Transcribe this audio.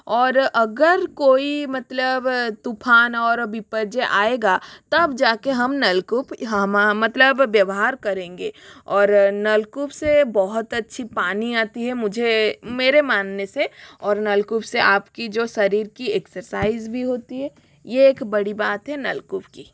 और अगर कोई मतलब तूफ़ान और विपदा आएगा तब जा के हम नलकूप हम मतलब व्यवहार करेंगे और नलकूप से बहुत अच्छा पानी आता है मुझे मेरे मानने से और नलकूप से आप की जो शरीर की एक्सरसाइज भी होती हे ये एक बड़ी बात हे नलकूप की